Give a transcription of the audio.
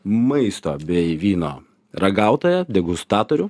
maisto bei vyno ragautoją degustatorių